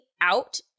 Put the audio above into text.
out